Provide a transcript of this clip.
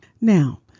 Now